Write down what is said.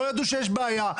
לא ידעו שיש בעיה,